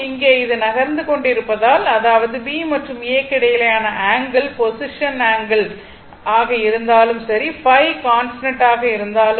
இங்கே இது நகர்ந்து கொண்டிருப்பதால் அதாவது B மற்றும் A க்கு இடையிலான ஆங்கிள் பொசிஷன் ஆங்கிள் ஆக இருந்தாலும் சரி ϕ கான்ஸ்டன்ட் ஆக இருக்கும்